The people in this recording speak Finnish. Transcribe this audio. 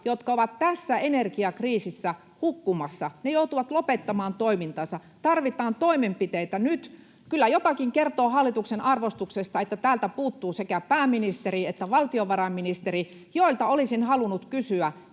jotka ovat tässä energiakriisissä hukkumassa. Ne joutuvat lopettamaan toimintansa. Tarvitaan toimenpiteitä nyt. Kyllä jotakin kertoo hallituksen arvostuksesta, että täältä puuttuvat sekä pääministeri että valtiovarainministeri, joilta olisin halunnut kysyä,